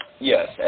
yes